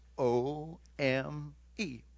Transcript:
o-m-e